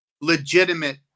legitimate